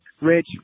rich